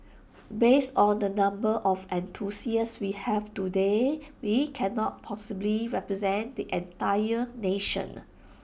based on the number of enthusiasts we have today we cannot possibly represent the entire nation